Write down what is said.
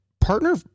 partner